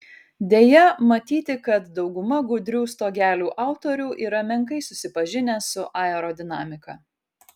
deja matyti kad dauguma gudrių stogelių autorių yra menkai susipažinę su aerodinamika